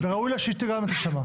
וראוי לה שהיא גם תישמע.